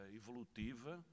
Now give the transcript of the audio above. evolutiva